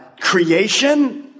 creation